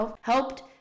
helped